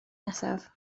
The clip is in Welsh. nesaf